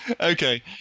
Okay